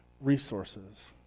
resources